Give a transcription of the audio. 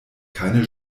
keine